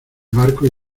barco